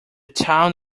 town